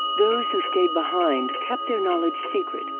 those who stayed behind kept their knowledge secret,